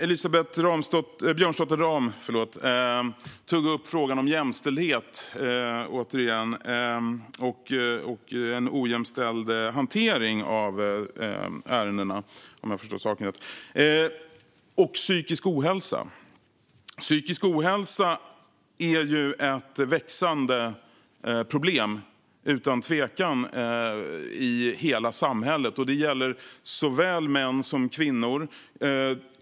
Elisabeth Björnsdotter Rahm tog återigen upp frågan om en ojämställd hantering av ärendena, om jag förstod saken rätt, och psykisk ohälsa. Psykisk ohälsa är utan tvekan ett växande problem i hela samhället, och det gäller såväl män som kvinnor.